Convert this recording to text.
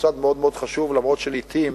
מוסד מאוד מאוד חשוב, אף-על-פי שלעתים